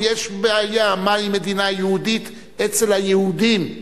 ויש פה בעיה מהי מדינה יהודית אצל היהודים,